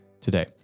Today